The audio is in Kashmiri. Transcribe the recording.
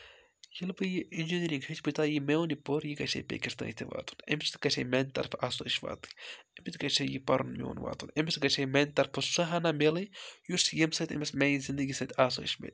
ییٚلہِ بہٕ یہِ اِنجینٔرِنٛگ ہیٚچھ بہٕ چھُس دپان میون یہِ پوٚر یہِ گژھِ ہے بیٚکِس تانۍ تہِ واتُن أمِس تہِ گژھِ ہے میانہِ طرفہٕ آسٲیِش واتٕنۍ أمِس گژھِ ہے یہِ پَرُن میون واتُن أمِس گژھِ ہے میانہِ طرفہٕ سُہ ہنا میلٕنۍ یُس ییٚمہِ سۭتۍ أمِس میٛانہِ زِندگی سۭتۍ آسٲیِش میلہِ